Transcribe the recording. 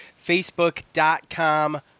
facebook.com